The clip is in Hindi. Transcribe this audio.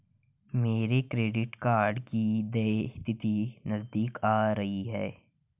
मेरे क्रेडिट कार्ड की देय तिथि नज़दीक आ रही है